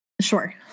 Sure